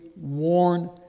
warn